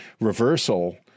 reversal